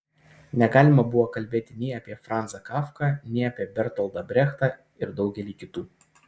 negalima buvo kalbėti nei apie franzą kafką nei apie bertoldą brechtą ir daugelį kitų